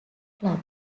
club